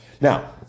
Now